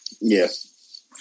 Yes